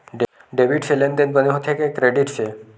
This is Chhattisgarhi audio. डेबिट से लेनदेन बने होथे कि क्रेडिट से?